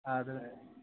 آدھا ہے